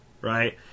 right